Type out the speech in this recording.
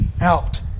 out